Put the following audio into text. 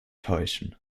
täuschen